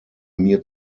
mir